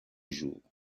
jours